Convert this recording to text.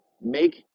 make